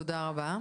תודה רבה.